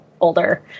older